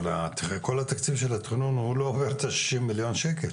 אבל כל התקציב של התכנון לא עובר את השישים מיליון שקל.